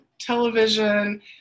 television